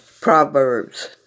Proverbs